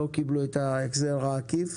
לא קיבלו את ההחזר העקיף,